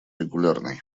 регулярной